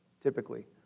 typically